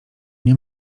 nie